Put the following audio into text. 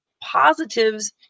positives